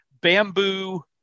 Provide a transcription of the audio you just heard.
bamboo